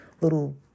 little